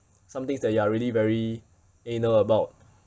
some things that you are really very anal about